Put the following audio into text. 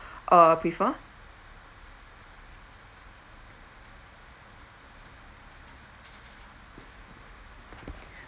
uh prefer